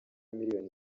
miliyoni